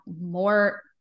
more